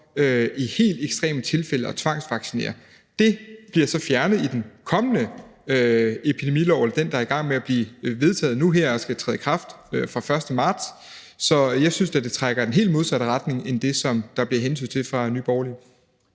i helt ekstreme tilfælde at tvangsvaccinere. Det bliver så fjernet i den kommende epidemilov, altså den der er i gang med at blive vedtaget nu her, og som skal træde i kraft fra den 1. marts. Så jeg synes da, det trækker i den helt modsatte retning end det, der bliver hentydet til fra Nye Borgerliges